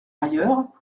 ailleurs